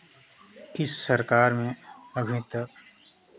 इस सरकार में अभी तक